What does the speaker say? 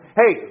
hey